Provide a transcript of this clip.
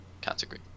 category